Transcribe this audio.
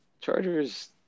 Chargers